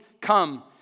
come